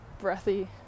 breathy